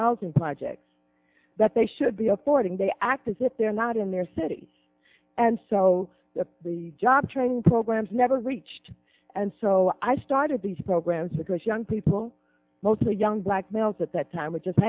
housing projects that they should be affording they act as if they're not in their city and so the job training programs never reached and so i started these programs because young people mostly young black males at that time were just